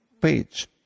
page